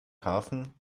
hafen